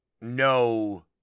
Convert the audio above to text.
no